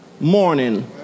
morning